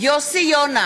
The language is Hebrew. יוסי יונה,